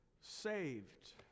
saved